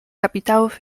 kapitałów